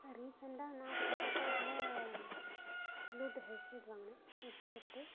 நான் ரீசென்டாக நான் ஃப்ளிப்கார்ட்டில் ப்ளூடூத் ஹெட்செட் வாங்கினேன் ஹெட்செட்டு